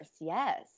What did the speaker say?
yes